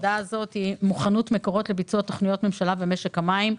העבודה נקראת: מוכנות מקורות לביצוע תוכניות ממשלה במשק המים,